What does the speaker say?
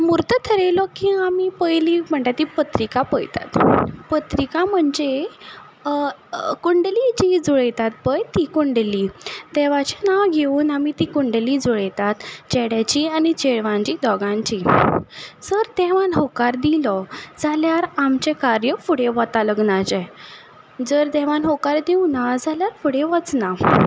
म्हूर्त थरयलो की पयलीं आमी म्हणटा ती पत्रिका पयतात पत्रिका म्हणजे कुंडली जी जुळयतात पळय ती कुंडली देवाचें नांव घेवन आमी ती कुंडली जुळयतात चेड्याची आनी चेडवांची दोगांयचीं जर देवान हयकार दिलो जाल्यार आमचें कार्य फुडें वता लग्नाचें जर देवान हयकार दिवं ना जाल्यार फुडें वचना